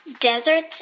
deserts